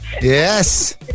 Yes